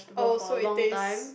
oh so it tastes